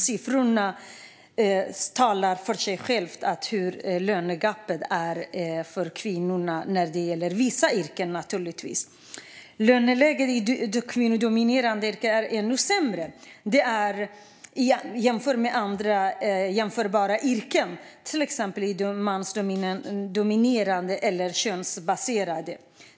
Siffrorna talar för sig själva när det gäller lönegapet i vissa yrken mellan män och kvinnor. Löneläget i kvinnodominerade yrken är sämre än i andra jämförbara yrken som är mansdominerade eller könsbalanserade.